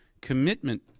commitment